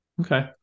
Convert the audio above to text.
Okay